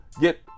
get